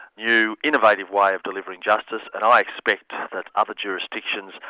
new, innovative way of delivering justice, and i expect that other jurisdictions,